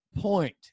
point